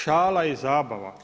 Šala i zabava.